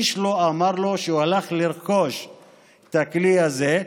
איש לא אמר לו כשהוא הלך לרכוש את הכלי הזה,